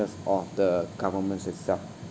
of the government's itself